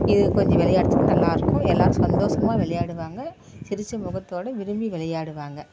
இது கொஞ்சம் விளையாடுறதுக்கு நல்லா இருக்கும் எல்லாம் சந்தோஷமா விளையாடுவாங்க சிரித்த முகத்தோடு விரும்பி விளையாடுவாங்க